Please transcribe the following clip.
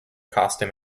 costume